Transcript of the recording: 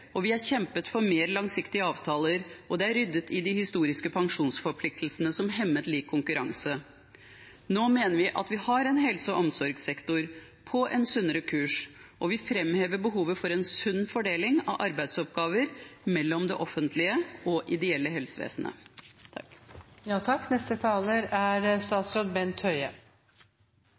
Vi har kjempet for mer langsiktige avtaler, og det er ryddet i de historiske pensjonsforpliktelsene som hemmet lik konkurranse. Nå mener vi at vi har en helse- og omsorgssektor på en sunnere kurs, og vi framhever behovet for en sunn fordeling av arbeidsoppgaver mellom det offentlige og det ideelle helsevesenet.